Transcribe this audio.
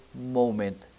moment